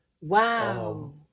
Wow